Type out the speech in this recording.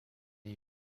new